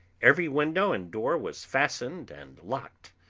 every window and door was fastened and locked,